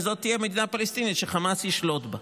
וזאת תהיה מדינה פלסטינית שחמאס ישלוט בה.